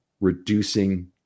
reducing